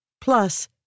Plus